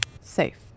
Safe